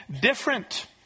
different